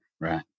right